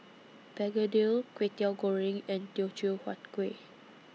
Begedil Kwetiau Goreng and Teochew Huat Kuih